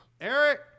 Eric